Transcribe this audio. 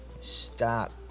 stop